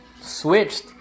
switched